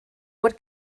what